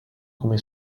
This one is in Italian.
come